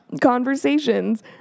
conversations